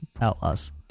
Outlaws